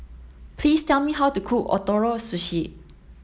please tell me how to cook Ootoro Sushi